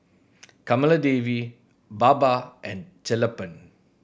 Kamaladevi Baba and Sellapan